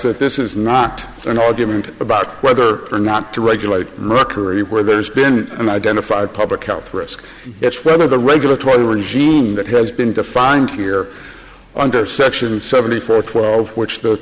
that this is not an argument about whether or not to regulate mercury where there's been an identified public health risk that's one of the regulatory regime that has been defined here under section seventy first twelve which the